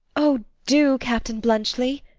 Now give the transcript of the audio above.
oh, do, captain bluntschli.